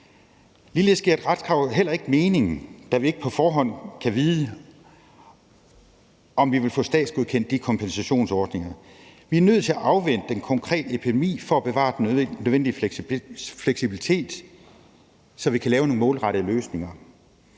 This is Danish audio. Ligeledes giver et retskrav heller ingen mening, da vi ikke på forhånd kan vide, om vi vil få statsgodkendt de kompensationsordninger. Vi er nødt til at afvente den konkrete epidemi for at bevare den nødvendige fleksibilitet, så vi kan lave nogle målrettede løsninger.